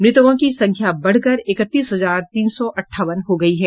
मृतकों की संख्या बढ़कर इकतीस हजार तीन सौ अंठावन हो गयी है